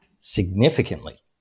significantly